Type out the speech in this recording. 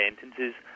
sentences